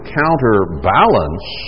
counterbalance